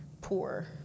poor